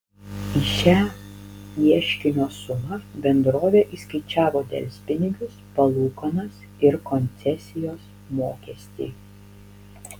į šią ieškinio sumą bendrovė įskaičiavo delspinigius palūkanas ir koncesijos mokestį